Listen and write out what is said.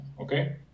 Okay